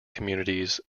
communities